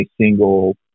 single